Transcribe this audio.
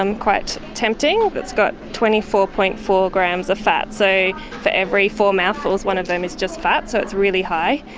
um quite tempting, that's got twenty four. four grams of fat, so for every four mouthfuls one of them is just fat, so it's really high.